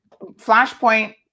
Flashpoint